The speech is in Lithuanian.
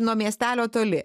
nuo miestelio toli